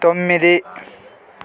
తొమ్మిది